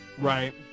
Right